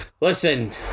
listen